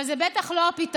אבל זה בטח לא הפתרון.